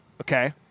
Okay